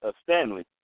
Stanley